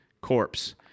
corpse